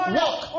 walk